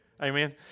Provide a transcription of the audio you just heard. Amen